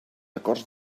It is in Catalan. acords